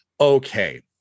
okay